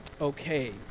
okay